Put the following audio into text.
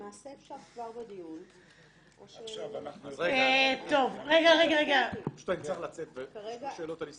למעשה אפשר כבר בדיון --- אני צריך לצאת ויש לי שאלות על הסתייגויות.